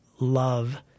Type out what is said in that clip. love